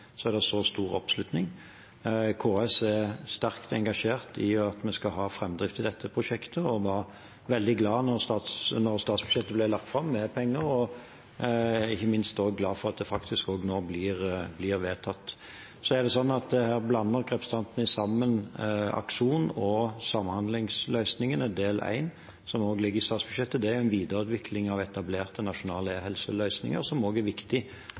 er det så stor oppslutning. KS er sterkt engasjert i at vi skal ha framdrift i dette prosjektet og var veldig glad da statsbudsjettet ble lagt fram med penger – og ikke minst glad for at det nå faktisk blir vedtatt. Her blander nok representanten sammen Akson og samhandlingsløsningene, del 1, som også ligger i statsbudsjettet. Det er en videreutvikling av etablerte nasjonale e-helseløsninger, som også er viktig